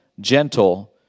gentle